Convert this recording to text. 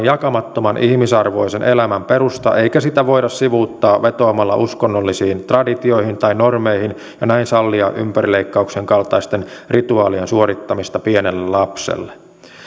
jakamattoman ihmisarvoisen elämän perusta eikä sitä voida sivuuttaa vetoamalla uskonnollisiin traditioihin tai normeihin ja näin sallia ympärileikkauksen kaltaisten rituaalien suorittamista pienelle lapselle